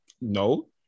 No